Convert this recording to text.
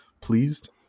pleased